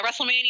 WrestleMania